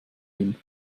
ihn